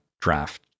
draft